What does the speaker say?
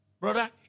Brother